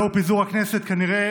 בשל פיזור הכנסת כנראה